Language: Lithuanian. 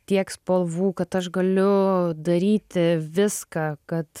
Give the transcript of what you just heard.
tiek spalvų kad aš galiu daryti viską kad